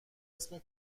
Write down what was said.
اسم